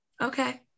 Okay